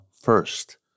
first